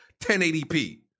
1080p